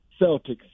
Celtics